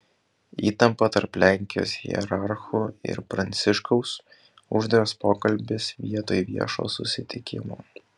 įtampa tarp lenkijos hierarchų ir pranciškaus uždaras pokalbis vietoj viešo susitikimo